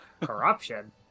Corruption